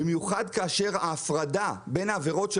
במיוחד כאשר ההפרדה בין העבירות של